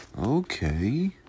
okay